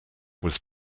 was